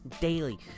daily